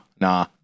nah